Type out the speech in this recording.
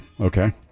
Okay